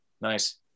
Nice